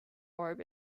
orb